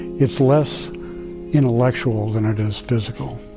it's less intellectual than it is physical.